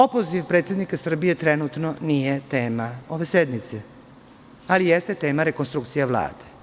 Opoziv predsednika Srbije trenutno nije tema ove sednice, ali jeste tema rekonstrukcije Vlade.